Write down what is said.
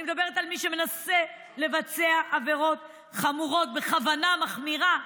אני מדברת על מי שמנסה לבצע עבירות חמורות בכוונה מחמירה,